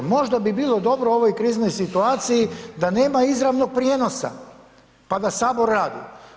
Možda bi bilo dobro u ovoj kriznoj situaciji da nema izravnog prijenosa, pa da sabor radi.